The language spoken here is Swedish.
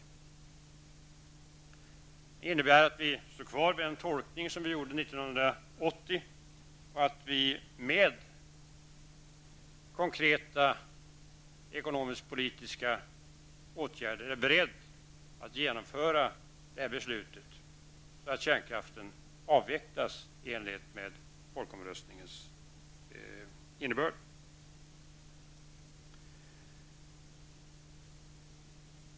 Det innebär att vi håller fast vid den tolkning som vi gjorde 1980 och att vi med konkreta ekonomisk-politiska åtgärder är beredda att genomföra beslutet att kärnkraften avvecklas i enlighet med folkomröstningens innebörd.